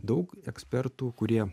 daug ekspertų kurie